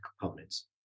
components